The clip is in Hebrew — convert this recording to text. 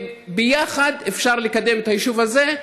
ביחד אפשר לקדם את היישוב הזה,